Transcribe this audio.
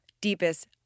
deepest